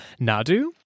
Nadu